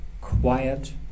quiet